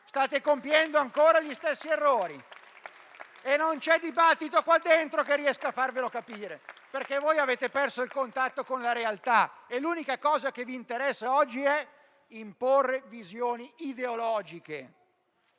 State compiendo ancora gli stessi errori e non c'è dibattito qua dentro che riesca a farvelo capire, perché voi avete perso il contatto con la realtà. E l'unica cosa che vi interessa oggi è imporre visioni ideologiche,